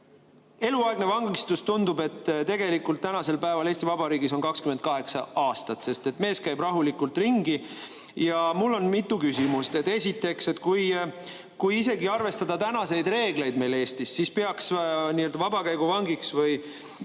Eluaegne vangistus, tundub, tegelikult on tänasel päeval Eesti Vabariigis 28 aastat, sest mees käib rahulikult ringi. Mul on mitu küsimust. Esiteks, kui isegi arvestada tänaseid reegleid meil Eestis, siis peaks nii-öelda vabakäiguvangiks või